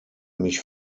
mich